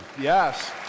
Yes